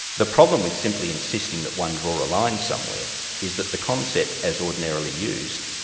the problem with simply insisting that one draw a line somewhere is that the concept as ordinarily used,